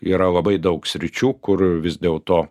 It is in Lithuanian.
yra labai daug sričių kur vis dėlto